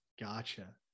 Gotcha